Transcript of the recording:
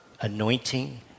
anointing